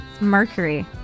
Mercury